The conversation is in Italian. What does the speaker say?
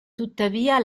tuttavia